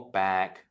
back